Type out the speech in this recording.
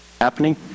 happening